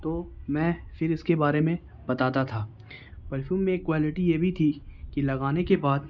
تو میں پھر اس کے بارے میں بتاتا تھا پرفیوم میں ایک کوالٹی یہ بھی تھی کہ لگانے کے بعد